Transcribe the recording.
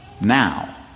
Now